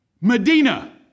Medina